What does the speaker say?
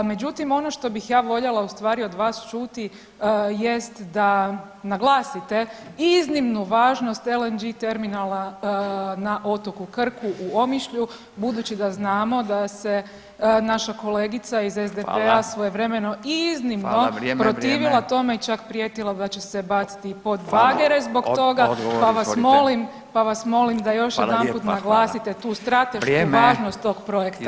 Međutim ono što bih ja voljela u stvari od vas čuti jest da naglasite iznimnu važnost LNG terminala na otoku Krku u Omišlju budući da znamo da se naša kolegica iz SDP-a svojevremeno i iznimno protivila tome i čak prijetila da će se baciti pod bagere zbog toga, pa vas molim, pa vas molim da još jedanput naglasite tu stratešku važnost tog projekta.